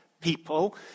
people